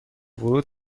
ورود